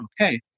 okay